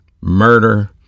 murder